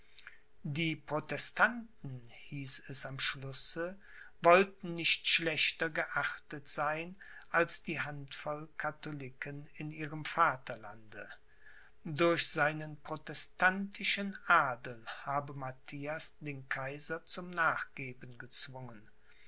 die protestanten hieß es am schlusse wollten nicht schlechter geachtet sein als die handvoll katholiken in ihrem vaterlande durch seinen protestantischen adel habe matthias den kaiser zum nachgeben gezwungen